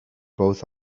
both